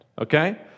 Okay